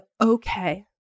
okay